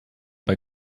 bei